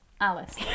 Alice